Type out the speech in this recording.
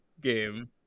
game